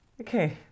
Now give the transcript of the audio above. Okay